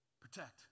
Protect